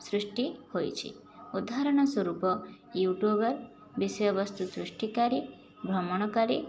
ସୃଷ୍ଟି ହୋଇଛି ଉଦାହରଣ ସ୍ଵରୂପ ୟୁଟ୍ୟୁବର୍ ବିଷୟବସ୍ତୁ ସୃଷ୍ଟିକାରୀ ଭ୍ରମଣକାରୀ